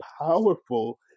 powerful